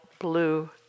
blue